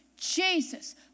Jesus